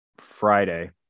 friday